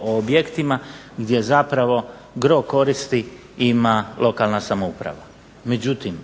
objektima gdje zapravo gro koristi ima lokalna samouprava. Međutim,